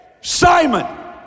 Simon